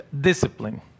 discipline